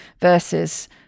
versus